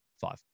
five